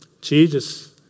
Jesus